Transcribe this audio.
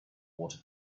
water